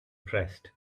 pressed